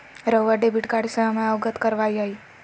रहुआ debit card से हमें अवगत करवाआई?